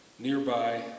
Nearby